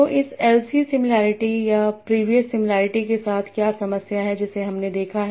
तो इस L C similarity या प्रीवियस सिमिलरिटी के साथ क्या समस्या है जिसे हमने देखा है